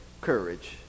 courage